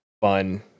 fun